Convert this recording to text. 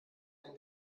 ein